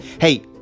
Hey